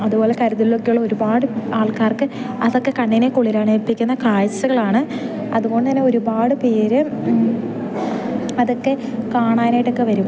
അതുപോലെ കരുതലൊക്കെയുള്ള ഒരുപാട് ആൾക്കാർക്ക് അതൊക്കെ കണ്ണിനെ കുളിരണയിപ്പിക്കുന്ന കാഴ്ച്ചകളാണ് അതുകൊണ്ടുതന്നെ ഒരുപാടു പേർ അതൊക്കെ കാണാനായിട്ടൊക്കെ വരും